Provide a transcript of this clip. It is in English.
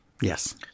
Yes